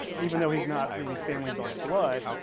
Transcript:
even though he's not maybe family by blood,